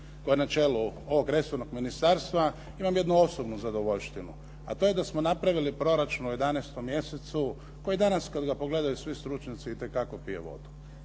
koji je na čelu ovog resornog ministarstva imam jednu osobnu zadovoljštinu, a to je da smo napravili proračun u 11. mjesecu koji danas kad ga pogledaju svi stručnjaci i te kako pije vodu